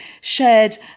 shared